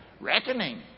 Reckoning